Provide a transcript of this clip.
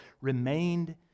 remained